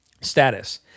status